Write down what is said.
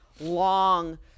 long